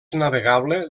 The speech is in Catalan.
navegable